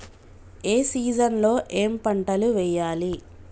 ఏ season లో ఏం పంటలు వెయ్యాలి?